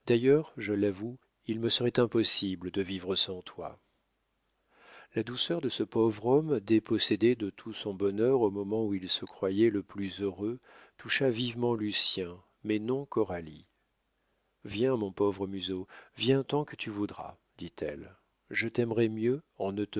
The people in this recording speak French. je l'avoue il me serait impossible de vivre sans toi la douceur de ce pauvre homme dépossédé de tout son bonheur au moment où il se croyait le plus heureux toucha vivement lucien mais non coralie viens mon pauvre musot viens tant que tu voudras dit-elle je t'aimerai mieux